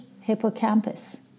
hippocampus